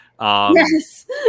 Yes